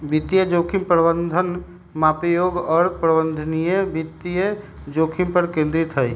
वित्तीय जोखिम प्रबंधन मापे योग्य और प्रबंधनीय वित्तीय जोखिम पर केंद्रित हई